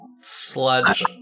Sludge